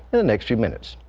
the the next few minutes.